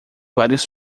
vários